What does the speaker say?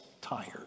tired